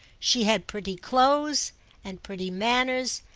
she had pretty clothes and pretty manners,